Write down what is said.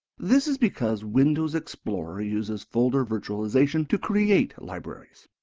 this is because windows explorer uses folder virtualization to create libraries.